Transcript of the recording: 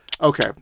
Okay